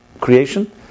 Creation